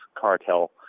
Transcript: cartel